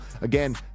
Again